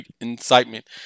incitement